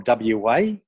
WA